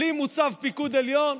בלי מוצב פיקוד עליון?